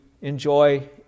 enjoy